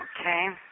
Okay